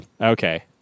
Okay